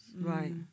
Right